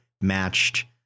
matched